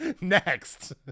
Next